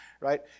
right